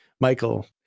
Michael